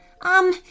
Um